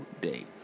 day